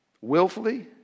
willfully